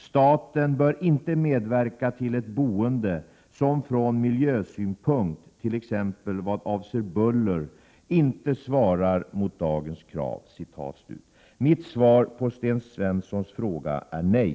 Staten bör inte medverka till ett boende som från miljösynpunkt, t.ex. vad avser buller, inte svarar mot dagens krav.” Mitt svar på Sten Svenssons fråga är nej